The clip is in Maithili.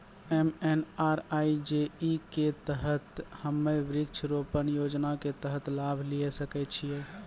एम.एन.आर.ई.जी.ए के तहत हम्मय वृक्ष रोपण योजना के तहत लाभ लिये सकय छियै?